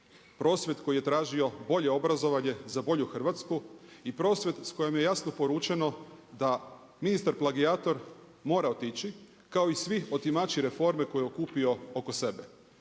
Prosvjed koji je tražio bolje obrazovanje za bolju Hrvatsku i prosvjed s kojim je jasno poručeno, da ministar plagijator mora otići, kao i svi otimači reforme koje je okupio oko sebe.